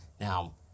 Now